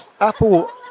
Apple